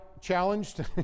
challenged